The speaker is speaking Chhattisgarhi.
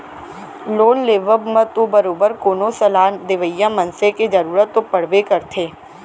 लोन लेवब म तो बरोबर कोनो सलाह देवइया मनसे के जरुरत तो पड़बे करथे